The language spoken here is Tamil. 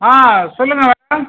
ஆ சொல்லுங்கள்